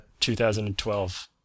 2012